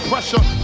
Pressure